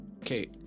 Okay